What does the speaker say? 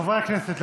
חברי הכנסת,